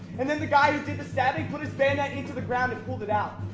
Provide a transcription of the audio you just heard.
and then the guy who did the stabbing put his bayonet into the ground and pulled it out.